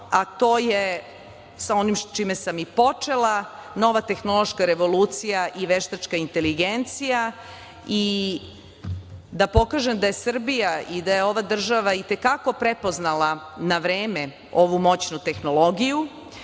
a to je sa onim sa čime sam i počela - nova tehnološka revolucija i veštačka inteligencija i da pokažem da je Srbija i da je ova država i te kako prepoznala na vreme ovu moćnu tehnologiju